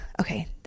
okay